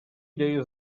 days